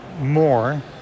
more